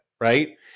Right